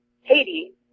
Haiti